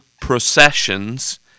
processions